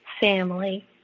family